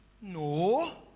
No